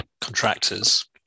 contractors